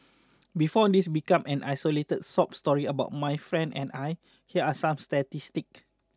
before this become an isolated sob story about my friend and I here are some statistics